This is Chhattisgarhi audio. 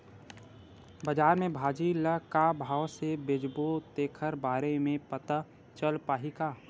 बजार में भाजी ल का भाव से बेचबो तेखर बारे में पता चल पाही का?